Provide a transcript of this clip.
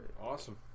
awesome